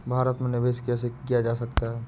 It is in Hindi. भारत में निवेश कैसे किया जा सकता है?